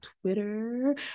Twitter